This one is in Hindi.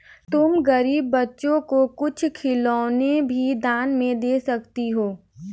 तुम गरीब बच्चों को कुछ खिलौने भी दान में दे सकती हो